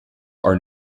are